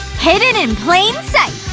hidden in plain sight!